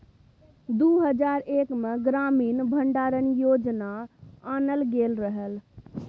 दु हजार एक मे ग्रामीण भंडारण योजना आनल गेल रहय